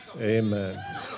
Amen